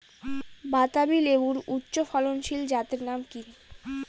বাতাবি লেবুর উচ্চ ফলনশীল জাতের নাম কি?